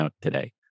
today